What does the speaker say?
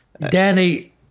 Danny